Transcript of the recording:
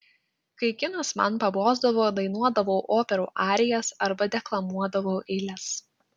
kai kinas man pabosdavo dainuodavau operų arijas arba deklamuodavau eiles